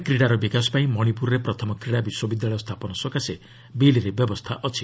ଦେଶରେ କ୍ରୀଡ଼ାର ବିକାଶପାଇଁ ମଣିପୁରରେ ପ୍ରଥମ କ୍ରୀଡ଼ା ବିଶ୍ୱବିଦ୍ୟାଳୟ ସ୍ଥାପନ ସକାଶେ ବିଲ୍ରେ ବ୍ୟବସ୍ଥା ଅଛି